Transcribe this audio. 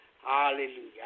Hallelujah